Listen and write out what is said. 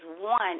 one